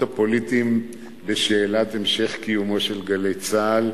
הפוליטיים בשאלת המשך קיומו של "גלי צה"ל",